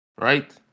Right